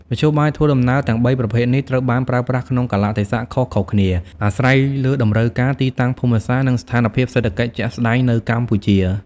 មធ្យោបាយធ្វើដំណើរទាំងបីប្រភេទនេះត្រូវបានប្រើប្រាស់ក្នុងកាលៈទេសៈខុសៗគ្នា អាស្រ័យលើតម្រូវការ ទីតាំងភូមិសាស្ត្រ និងស្ថានភាពសេដ្ឋកិច្ចជាក់ស្ដែងនៅកម្ពុជា ។